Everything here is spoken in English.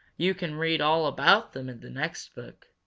you can read all about them in the next book,